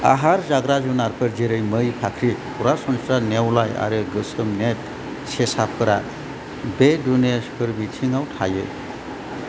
आहार जाग्रा जुनारफोर जेरै मै फाख्रि सरासनस्रा नेवलाय आरो गोसोम नेप्द सेसाफोरा बे दुने सोरबिथिङाव थायो